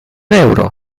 euro